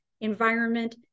Environment